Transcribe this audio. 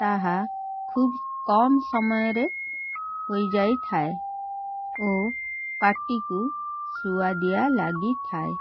ତାହା ଖୁବ କମ୍ ସମୟରେ ହୋଇଯାଇ ଥାଏ ଓ ପାଟିକୁ ଶୁଆ ଦିଆ ଲାଗିଥାଏ